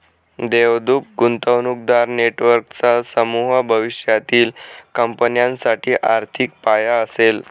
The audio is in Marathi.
देवदूत गुंतवणूकदार नेटवर्कचा समूह भविष्यातील कंपन्यांसाठी आर्थिक पाया असेल